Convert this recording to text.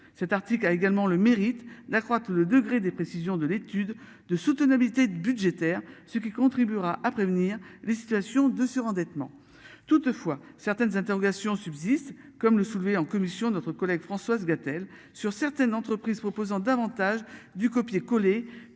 cet article a également le mérite d'accroître le degré de précision de l'étude de soutenabilité budgétaire ce qui contribuera à prévenir les situations de surendettement toutefois certaines interrogations subsistent comme le soulevé en commission notre collègue Françoise Gatel sur certaines entreprises proposant davantage du copier-coller